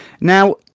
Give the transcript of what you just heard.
Now